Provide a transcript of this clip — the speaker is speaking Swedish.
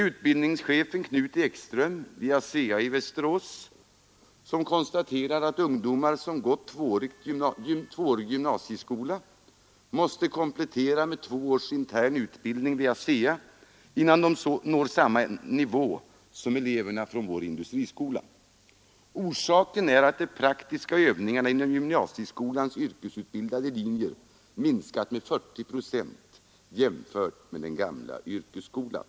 Utbildningschefen Knut Ekström vid ASEA i Västerås konstaterar där att ungdomar som gått tvåårig gymnasieskola måste komplettera med två års intern utbildning vid ASEA innan de når samma nivå som eleverna från företagets industriskola. Orsaken är att de praktiska övningarna inom gymnasieskolans yrkesutbildande linjer minskat med 40 procent jämfört med den gamla yrkesskolan,.